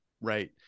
right